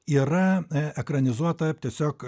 yra ekranizuota tiesiog